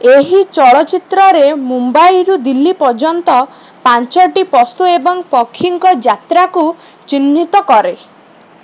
ଏହି ଚଳଚ୍ଚିତ୍ରରେ ମୁମ୍ବାଇରୁ ଦିଲ୍ଲୀ ପର୍ଯ୍ୟନ୍ତ ପାଞ୍ଚଟି ପଶୁ ଏବଂ ପକ୍ଷୀଙ୍କ ଯାତ୍ରାକୁ ଚିହ୍ନିତ କରେ